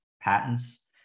patents